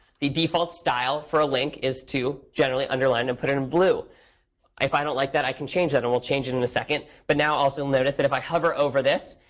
the default style for a link is to generally underline and put it in blue. if i don't like that, i can change that. and we'll change it in a second. but now, also notice that, if i hover over this,